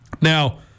Now